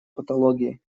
патологии